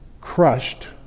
crushed